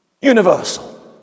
universal